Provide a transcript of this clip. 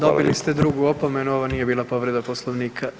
Dobrili ste drugu opomenu, ovo nije bila povreda Poslovnika.